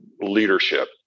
leadership